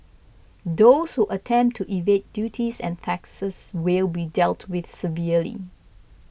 those who attempt to evade duties and taxes will be dealt with severely